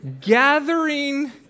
gathering